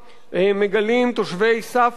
מגלים תושבי סאפה,